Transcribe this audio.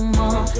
more